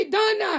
done